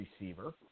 receiver